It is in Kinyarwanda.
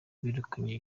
birukanywe